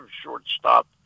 shortstop